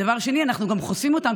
דבר שני, אנחנו גם חושפים אותם.